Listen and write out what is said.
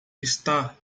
está